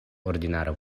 ordinara